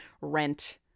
rent